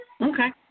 Okay